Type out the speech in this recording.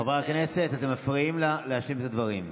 חברי הכנסת, אתם מפריעים לה להשלים את הדברים.